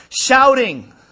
Shouting